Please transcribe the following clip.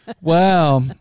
Wow